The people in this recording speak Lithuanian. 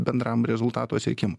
bendram rezultato siekimui